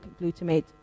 glutamate